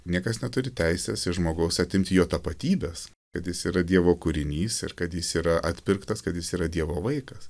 niekas neturi teisės iš žmogaus atimti jo tapatybės kad jis yra dievo kūrinys ir kad jis yra atpirktas kad jis yra dievo vaikas